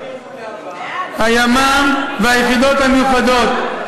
הימ"מ והיחידות המיוחדות,